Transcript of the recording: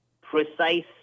precise